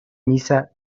misa